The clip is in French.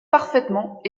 parfaitement